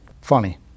Funny